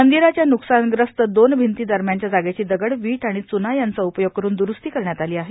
मंदिराच्या न्कसानग्रस्त दोन भिंती दरम्यानच्या जागेची दगड विट आणि च्ना यांचा उपयोग करून दुरुस्ती करण्यात आली आहे